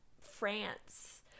France